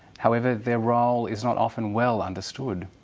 however, their role is not often well understood.